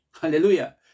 Hallelujah